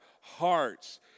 hearts